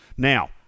Now